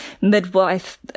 midwife